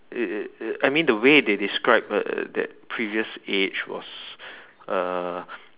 it it it I mean the way they described the that previous age was uh